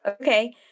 Okay